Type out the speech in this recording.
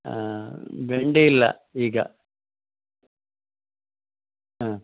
ಹಾಂ ಬೆಂಡೆ ಇಲ್ಲ ಈಗ ಹಾಂ